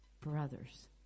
Brothers